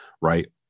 Right